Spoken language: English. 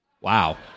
Wow